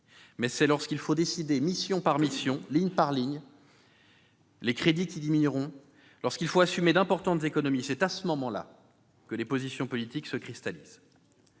cependant, lorsqu'il faut décider mission par mission, ligne par ligne, des crédits qui diminueront, lorsqu'il faut assumer d'importantes économies, que les positions politiques se cristallisent.